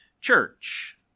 church